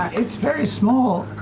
it's very small.